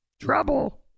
Trouble